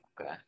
Okay